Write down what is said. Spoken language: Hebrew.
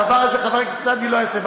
הדבר הזה, חבר הכנסת סעדי, לא ייעשה.